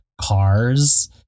cars